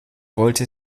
wollte